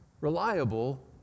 reliable